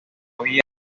había